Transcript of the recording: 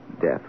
Death